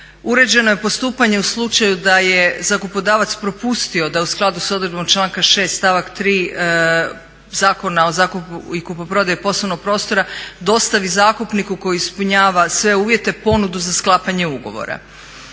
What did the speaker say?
uređeno je postupanje u slučaju da je zakupodavac propustio da u skladu sa odredbom članka 6. stavak 3. Zakona o zakupu i kupoprodaji poslovnog prostora dostavi zakupniku koji ispunjava sve uvjete ponudu za sklapanje ugovora.